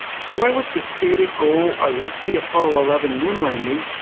so why was the stated goal a risky apollo eleven moon landing,